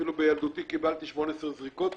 אפילו בילדותי קיבלתי 18 זריקות פעם,